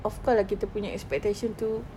of course lah kita punya expectation itu